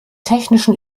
technischen